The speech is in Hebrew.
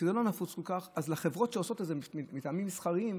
כשזה לא נפוץ כל כך אז החברות שעושות את זה מטעמים מסחריים,